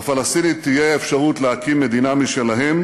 לפלסטינים תהיה אפשרות להקים מדינה משלהם,